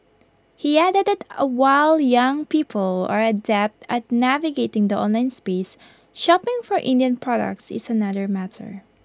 he added that ah while young people are adept at navigating the online space shopping for Indian products is another matter